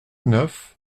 neuf